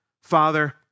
Father